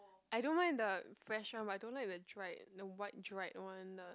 I don't mind the fresher but I don't like the dried the white dried one the